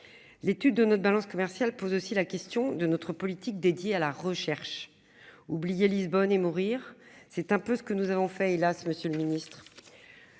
L'étude de notre balance commerciale pose aussi la question de notre politique dédiée à la recherche. Lisbonne et mourir. C'est un peu ce que nous avons fait hélas Monsieur le Ministre.